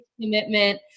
commitment